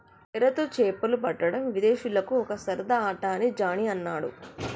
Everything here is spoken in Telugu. ఎరతో చేపలు పట్టడం విదేశీయులకు ఒక సరదా ఆట అని జానీ అన్నాడు